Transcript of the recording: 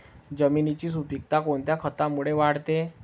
जमिनीची सुपिकता कोणत्या खतामुळे वाढते?